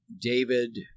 David